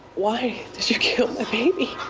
why she killed the baby.